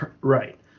Right